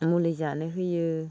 मुलि जानो होयो